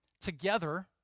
together